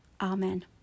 Amen